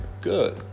good